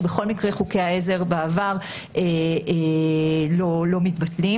שבכל מקרה חוקי העזר בעבר לא מתבטלים.